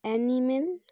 animal